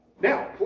Now